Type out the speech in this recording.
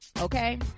Okay